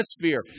atmosphere